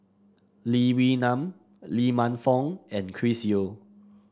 Lee Wee Nam Lee Man Fong and Chris Yeo